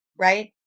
right